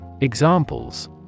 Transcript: Examples